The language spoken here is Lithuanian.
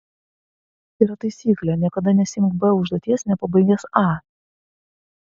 yra taisyklė niekada nesiimk b užduoties nepabaigęs a